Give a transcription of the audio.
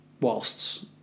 whilst